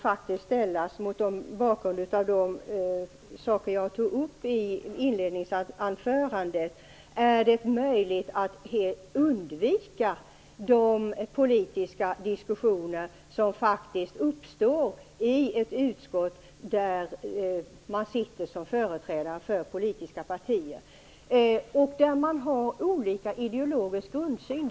Mot bakgrund av det jag tog upp i mitt inledningsanförande kan man ställa frågan: Är det möjligt att helt undvika de politiska diskussioner som faktiskt uppstår i ett utskott där ledamöterna sitter som företrädare för politiska partier, där man har olika ideologisk grundsyn?